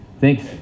Thanks